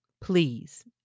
Please